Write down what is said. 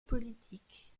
politique